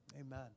Amen